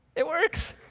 it works!